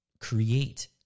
create